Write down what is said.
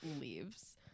leaves